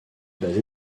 basé